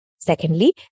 Secondly